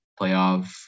playoff